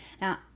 now